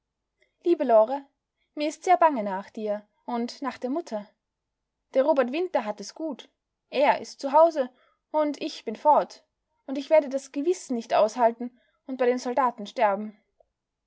liebe lore mir ist sehr bange nach dir und nach der mutter der robert winter hat es gut er ist zu hause und ich bin fort und ich werde es gewiß nicht aushalten und bei den soldaten sterben